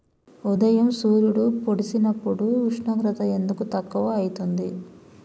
ఉదయం సూర్యుడు పొడిసినప్పుడు ఉష్ణోగ్రత ఎందుకు తక్కువ ఐతుంది?